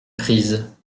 prise